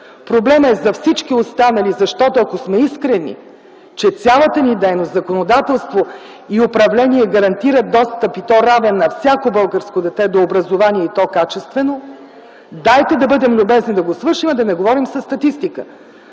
Проблемът е за всички останали. Защото, ако сме искрени, че цялата ни дейност, законодателство и управление гарантира равен достъп на всяко българско дете до образование – и то качествено – дайте да бъдем любезни да го свършим, да не говорим със статистика